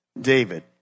David